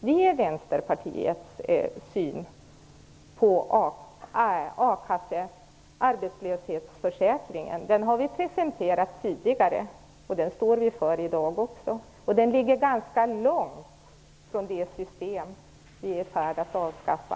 Detta är Vänsterpartiets syn på arbetslöshetsförsäkringen. Den har vi presenterat tidigare, och den står vi för också i dag. Vår syn ligger ganska långt från det system som vi nu är i färd med att avskaffa.